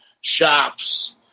shops